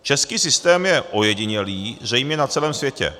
Český systém je ojedinělý zřejmě na celém světě.